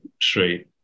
straight